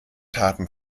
taten